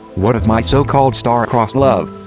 what of my so-called star-crossed love.